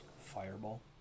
Fireball